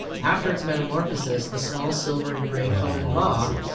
after its metamorphosis, the small, silver and gray-colored moth